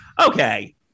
Okay